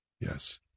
Yes